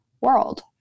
world